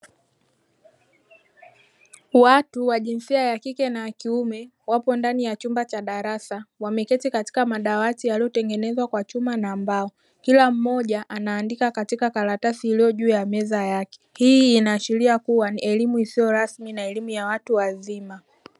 Watu wa jinsia ya kike na kiume wapo ndani ya chumba cha darasa wameketi katika madawati yaliyotengenezwa kwa chuma na mbao kila mmoja anaandika katika karatasi iliyo juu ya meza yake. Hii inaashiria kuwa ni elimu isiyo rasmi na elimu ya watu wazima.